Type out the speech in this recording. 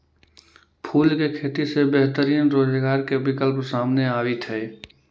फूल के खेती से बेहतरीन रोजगार के विकल्प सामने आवित हइ